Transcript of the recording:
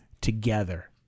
together